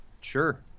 Sure